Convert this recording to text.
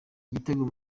igitego